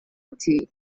ati